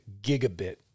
gigabit